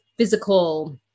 physical